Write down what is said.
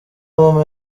mama